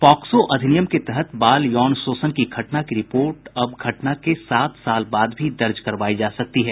POCSO अधिनियम के तहत बाल यौन शोषण की घटना की रिपोर्ट अब घटना के सात साल बाद भी दर्ज करवायी जा सकती है